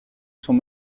sont